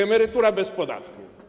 Emerytura bez podatku.